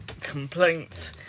complaints